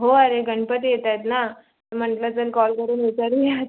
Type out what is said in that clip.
हो अरे गणपती येत आहेत ना म्हटलं चल कॉल करून विचारू या